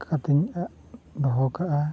ᱠᱟᱛᱤᱧᱟᱜ ᱫᱚᱦᱚ ᱠᱟᱜᱼᱟ